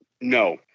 No